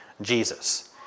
Jesus